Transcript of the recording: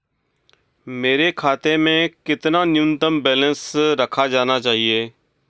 मेरे खाते में कितना न्यूनतम बैलेंस रखा जाना चाहिए?